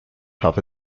tough